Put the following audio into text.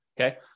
Okay